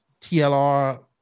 TLR